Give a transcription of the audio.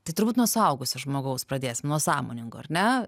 tai turbūt nuo suaugusio žmogaus pradėsim nuo sąmoningo ar ne